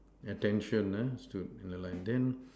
attention uh stood in a line then